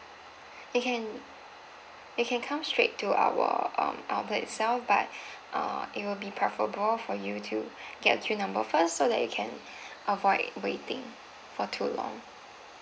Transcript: you can you can come straight to our um outlet itself but uh it will be preferable for you to get a queue number first so that you can avoid waiting for too long